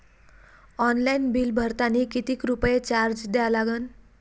Online bill भरतानी कितीक रुपये चार्ज द्या लागन?